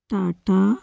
Tata